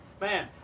Man